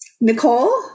Nicole